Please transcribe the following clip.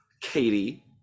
Katie